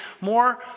more